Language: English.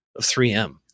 3M